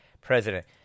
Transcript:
president